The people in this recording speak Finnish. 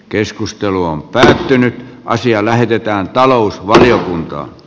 keskustelu on päätynyt asia lähetetään talousvaliokuntaan